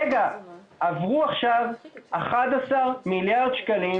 רגע, רגע, עברו עכשיו 11 מיליארד שקלים,